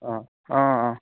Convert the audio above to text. অঁ অঁ অঁ